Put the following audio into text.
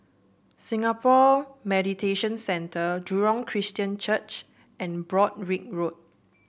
Singapore Mediation Centre Jurong Christian Church and Broadrick Road